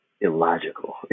illogical